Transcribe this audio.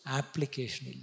application